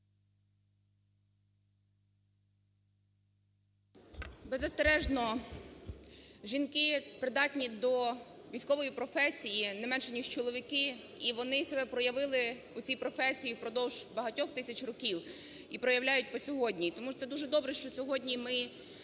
Беззастережно жінки придатні до військової професії не менше, ніж чоловіки, і вони себе проявили у цій професії впродовж багатьох тисяч років, і проявляють по сьогодні. І тому це дуже добре, що сьогодні ми